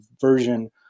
version